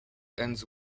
ends